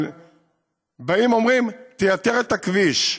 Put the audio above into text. אבל באים ואומרים: תייתר את הכביש.